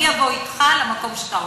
ואני אבוא אתך למקום שאתה רוצה,